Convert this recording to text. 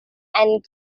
and